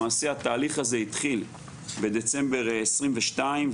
למעשה התהליך הזה התחיל בדצמבר 2022,